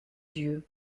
dieu